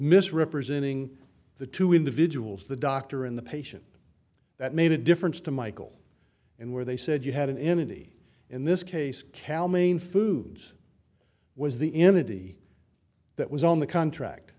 misrepresenting the two individuals the doctor and the patient that made a difference to michael and where they said you had an entity in this case cal maine foods was the entity that was on the contract